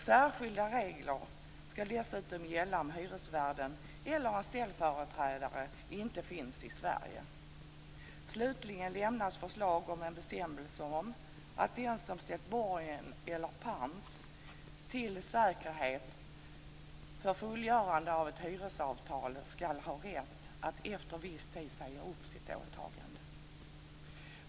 Särskilda regler skall dessutom gälla om hyresvärden eller en ställföreträdare inte finns i Sverige. Slutligen lämnas förslag om en bestämmelse om att den som ställt borgen eller pant till säkerhet för fullgörande av ett hyresavtal skall ha rätt att efter viss tid säga upp sitt åtagande.